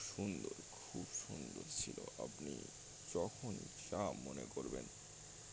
সুন্দর খুব সুন্দর ছিল আপনি যখনই চাম মনে করবেন